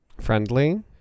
friendly